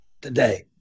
today